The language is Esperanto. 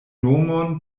nomon